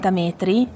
metri